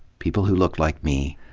people who looked like me,